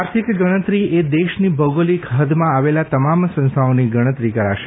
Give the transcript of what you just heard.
આર્થિક ગણતરી એ દેશની ભૌગોલિક હૃદમાં આવેલા તમામ સંસ્થાઓની ગણતરી કરાશે